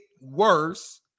worse